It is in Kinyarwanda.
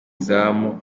izamu